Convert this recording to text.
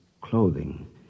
clothing